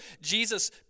Jesus